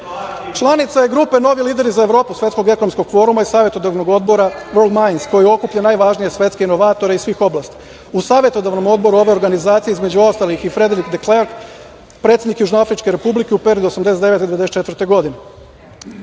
društvo? Članica je grupe „Novi lideri za Evropu“ Svetskog ekonomskog foruma i Savetodavnog odbora World Minds, koji okuplja najvažnije svetske inovatore iz svih oblasti. U Savetodavnom odboru ove organizacije, između ostalih, je i Frederik De Klerk, predsednik Južnoafričke Republike u periodu od 1989. do 1994. godine. Pre